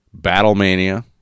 Battlemania